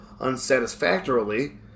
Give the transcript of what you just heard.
unsatisfactorily